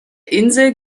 insel